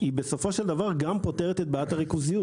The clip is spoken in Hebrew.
היא בסופו של דבר גם פותרת את בעיית הריכוזיות.